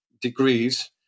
degrees